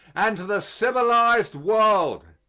and to the civilized world.